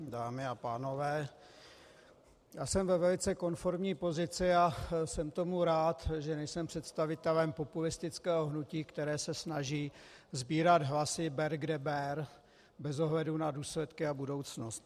Dámy a pánové, já jsem ve velice konformní pozici, a jsem tomu rád, že nejsem představitelem populistického hnutí, které se snaží sbírat hlasy ber kde ber bez ohledu na důsledky a budoucnost.